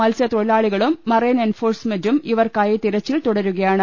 മത്സ്യത്തൊഴിലാളി കളും മറൈൻ എൻഫോഴ്സ്മെന്റും ഇവർക്കായി തിരച്ചിൽ തുടരു കയാണ്